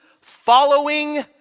following